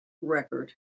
record